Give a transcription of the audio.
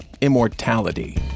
immortality